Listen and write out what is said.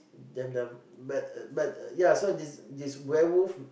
then the but uh but uh yeah so this this werewolf